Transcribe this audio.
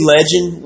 Legend